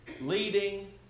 leading